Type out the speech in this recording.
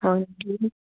হয় নেকি